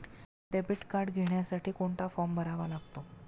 Debit card घेण्यासाठी कोणता form भरावा लागतो?